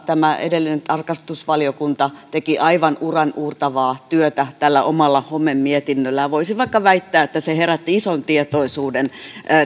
tämä edellinen tarkastusvaliokunta teki aivan uraauurtavaa työtä tällä omalla homemietinnöllään voisin vaikka väittää että se herätti ison tietoisuuden